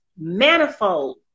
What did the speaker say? manifold